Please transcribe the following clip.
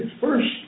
First